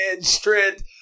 strength